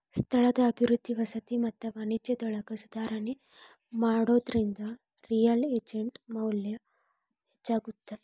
ಸ್ಥಳದ ಅಭಿವೃದ್ಧಿ ವಸತಿ ಮತ್ತ ವಾಣಿಜ್ಯದೊಳಗ ಸುಧಾರಣಿ ಮಾಡೋದ್ರಿಂದ ರಿಯಲ್ ಎಸ್ಟೇಟ್ ಮೌಲ್ಯ ಹೆಚ್ಚಾಗತ್ತ